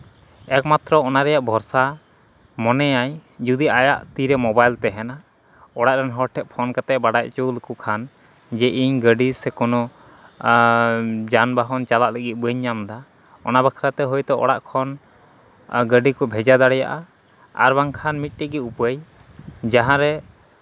ᱮᱠ ᱢᱟᱛᱨᱚ ᱚᱱᱟ ᱨᱮᱭᱟᱜ ᱵᱷᱚᱨᱥᱟ ᱡᱚᱫᱤ ᱟᱭᱟᱜ ᱛᱤᱨᱮ ᱢᱳᱵᱟᱭᱤᱞ ᱛᱟᱦᱮᱱᱟ ᱚᱲᱟᱜ ᱨᱮᱱ ᱦᱚᱲ ᱴᱷᱮᱡ ᱯᱷᱳᱱ ᱠᱟᱛᱮᱫ ᱵᱟᱰᱟᱭ ᱦᱚᱪᱚ ᱞᱮᱠᱚ ᱠᱷᱟᱱ ᱡᱮ ᱤᱧ ᱜᱟᱹᱰᱤ ᱥᱮ ᱠᱳᱱᱳ ᱡᱟᱱᱵᱟᱦᱚᱱ ᱪᱟᱞᱟᱜ ᱞᱟᱹᱜᱤᱫ ᱵᱟᱹᱧ ᱧᱟᱢᱫᱟ ᱚᱱᱟ ᱵᱟᱠᱷᱨᱟ ᱛᱮ ᱦᱚᱭᱛᱳ ᱚᱲᱟᱜ ᱠᱷᱚᱱ ᱜᱟᱹᱰᱤ ᱠᱚ ᱵᱷᱮᱡᱟ ᱫᱟᱲᱮᱭᱟᱜᱼᱟ ᱟᱨ ᱵᱟᱝᱠᱷᱟᱱ ᱢᱤᱫᱴᱮᱡ ᱜᱮ ᱩᱯᱟᱹᱭ ᱡᱟᱦᱟᱸ ᱨᱮ